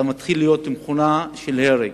אתה מתחיל להיות מכונה של הרג.